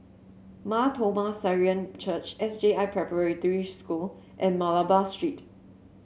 Mar Thoma Syrian Church S J I Preparatory School and Malabar Street